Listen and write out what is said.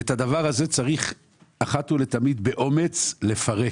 ואת הדבר הזה צריך אחת ולתמיד באומץ לפרק.